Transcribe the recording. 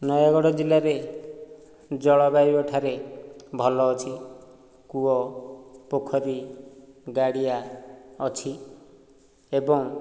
ନୟାଗଡ଼ ଜିଲ୍ଲାରେ ଜଳବାୟୁ ଏଠାରେ ଭଲ ଅଛି କୂଅ ପୋଖରୀ ଗାଡ଼ିଆ ଅଛି ଏବଂ